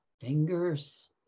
fingers